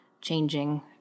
changing